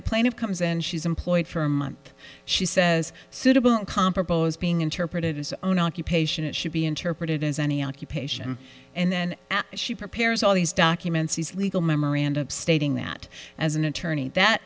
the plane of comes and she's employed for a month she says suitable uncomparable is being interpreted as own occupation it should be interpreted as any occupation and then as she prepares all these documents these legal memoranda stating that as an attorney that